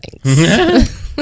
Thanks